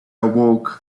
awoke